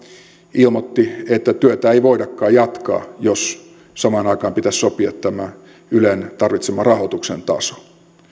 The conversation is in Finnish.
ilmoitti että työtä ei voidakaan jatkaa jos samaan aikaan pitäisi sopia tämä ylen tarvitseman rahoituksen taso